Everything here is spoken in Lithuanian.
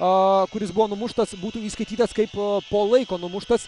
a kuris buvo numuštas būtų įskaitytas kaip po laiko numuštas